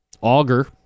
auger